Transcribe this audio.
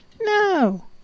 No